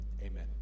Amen